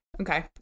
Okay